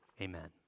Amen